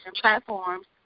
platforms